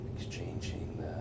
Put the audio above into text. Exchanging